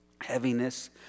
heaviness